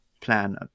plan